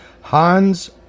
Hans